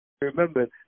remember